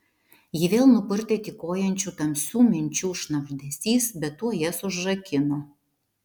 jį vėl nupurtė tykojančių tamsių minčių šnabždesys bet tuoj jas užrakino